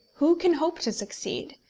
who can hope to succeed?